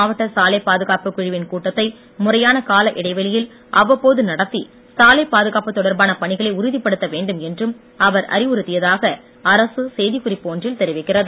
மாவட்ட சாலைப் பாதுகாப்பு குழுவின் கூட்டத்தை முறையான கால இடைவெளியில் அவ்வப்போது நடத்தி சாலைப் பாதுகாப்பு தொடர்பான பணிகளை உறுதிப்படுத்த வேண்டும் என்றும் அவர் அறிவுறுத்தியதாக அரசு செய்திக் குறிப்பு ஒன்றில் தெரிவிக்கிறது